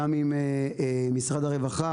גם עם משרד הרווחה,